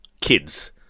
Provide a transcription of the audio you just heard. kids